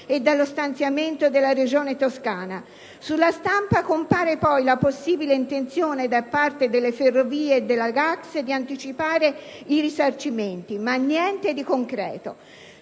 e dallo stanziamento della Regione Toscana. Sulla stampa compare poi la possibile intenzione da parte delle Ferrovie e della GATX di anticipare i risarcimenti, ma niente di concreto.